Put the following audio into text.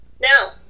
Now